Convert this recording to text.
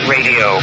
Radio